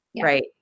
right